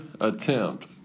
attempt